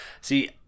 See